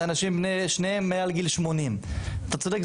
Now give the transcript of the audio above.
שניהם אנשים מעל גיל 80. אתה צודק,